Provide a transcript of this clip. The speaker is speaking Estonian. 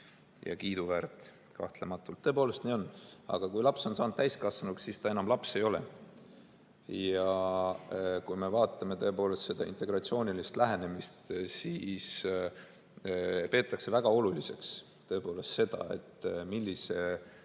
ja kiiduväärt. Kahtlematult, tõepoolest nii on. Aga kui laps on saanud täiskasvanuks, siis ta enam laps ei ole. Ja kui me vaatame tõepoolest seda integratsioonilist lähenemist, siis peetakse väga oluliseks, millisel